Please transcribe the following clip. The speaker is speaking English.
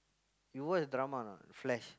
you watch drama or not Flash